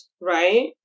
right